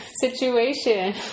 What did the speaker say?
situation